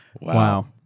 Wow